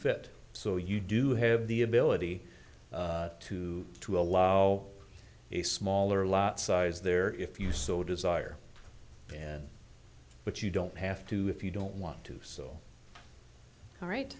fit so you do have the ability to to allow a smaller lot size there if you so desire and but you don't have to if you don't want to so all right